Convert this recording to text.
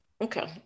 okay